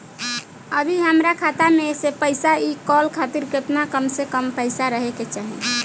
अभीहमरा खाता मे से पैसा इ कॉल खातिर केतना कम से कम पैसा रहे के चाही?